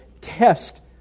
test